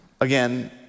again